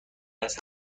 است